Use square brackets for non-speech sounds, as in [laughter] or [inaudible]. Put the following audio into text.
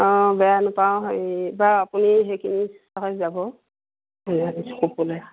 অঁ বেয়া নাপাওঁ হেৰি বা আপুনি সেইখিনি [unintelligible] যাব [unintelligible]